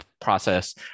process